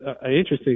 interesting